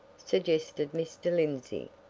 suggested mr. lindsey.